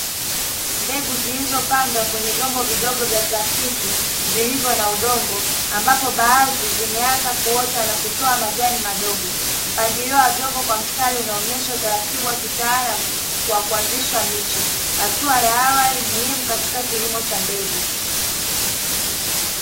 Mbegu zilizopandwa kwenye vyombo vidogo vya plastiki vilivyo na udongo ambapo baadhi zimeanza kuota na kutoa majani madogo. Mpangilio wa vyombo katika mstari ulionyooka unaonyesha utaratibu wa kitaalamu kwanzisha miche, hatua ya awali muhimu ya awali katka kilimo cha mbegu.